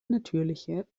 natürliche